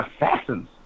assassins